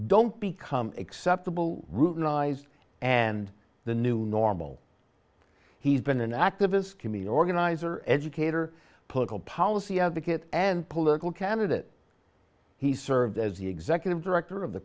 don't become acceptable routinized and the new normal he's been an activist community organizer educator political policy advocate and political candidate he served as the executive director of the